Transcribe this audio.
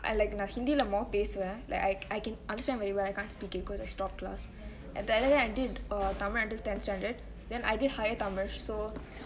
I like நா:naa hindi ல மொத பேசுவ:le mothe pesuve like I can understand very well I can't speak it cause I stopped class and then I did tamil until ten standard then I did higher tamil